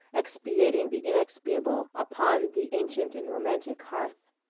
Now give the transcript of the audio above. expiating the inexpiable upon the ancient and romantic hearth.